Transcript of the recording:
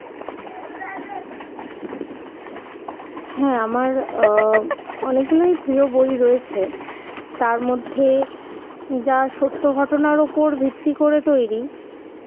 হ্যাঁ আমার অনেকগুলোই প্রিয় বই রয়েছে তার মধ্যে যা সত্য ঘটনার উপর ভিত্তি করে তৈরি